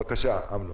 בבקשה, אמנון.